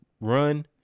run